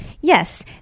Yes